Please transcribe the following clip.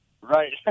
Right